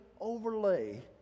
overlay